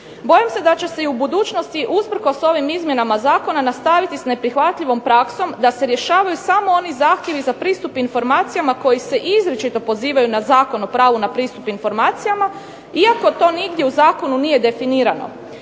Bojim se da će se i u budućnosti usprkos ovim izmjenama zakona nastaviti s neprihvatljivom praksom da se rješavaju samo oni zahtjevi za pristup informacijama koji se izričito pozivaju na Zakon o pravu na pristup informacijama, iako to nigdje u zakonu nije definirano.